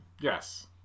Yes